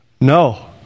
No